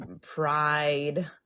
pride